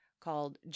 called